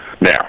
Now